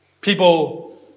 People